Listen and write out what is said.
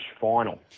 final